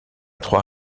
trois